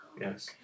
Yes